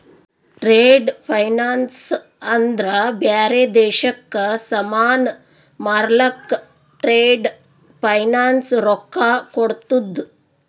trade finance ಅಂದ್ರ ಬ್ಯಾರೆ ದೇಶಕ್ಕ ಸಾಮಾನ್ ಮಾರ್ಲಕ್ ಟ್ರೇಡ್ ಫೈನಾನ್ಸ್ ರೊಕ್ಕಾ ಕೋಡ್ತುದ್